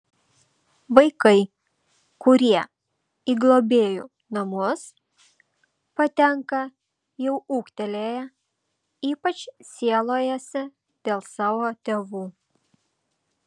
vaikai kurie į globėjų namus patenka jau ūgtelėję ypač sielojasi dėl savo tėvų